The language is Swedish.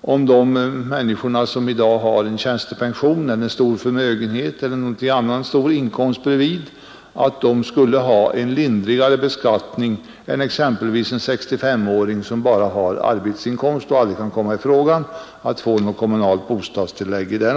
om de människor som i dag har en tjänstepension, en stor förmögenhet eller någon annan stor inkomstkälla vid sidan av folkpensionen skulle ha en lindrigare beskattning än exempelvis en 6S5-åring, som bara har arbetsinkomst och som på grund av sin ålder aldrig kan komma i fråga för bostadstillägg.